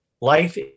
life